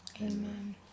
Amen